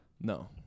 No